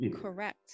Correct